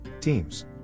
Teams